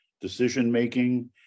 Decision-making